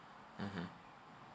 mmhmm